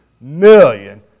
million